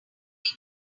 here